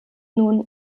nun